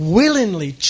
willingly